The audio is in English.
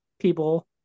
people